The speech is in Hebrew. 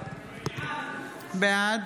בעד